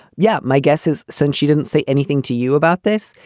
yeah, my guess is, since she didn't say anything to you about this,